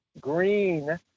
green